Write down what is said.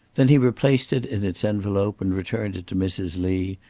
then he replaced it in its envelope, and returned it to mrs. lee,